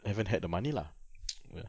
I haven't had the money lah ya